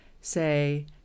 say